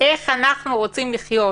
איך אנחנו רוצים לחיות